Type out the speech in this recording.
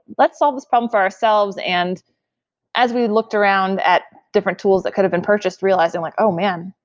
let's solve this problem for ourselves. and as we looked around at different tools that could have been purchased realizing like, oh, man.